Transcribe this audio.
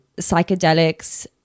psychedelics